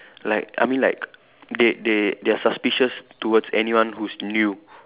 like I mean like they they they are suspicious towards anyone who's new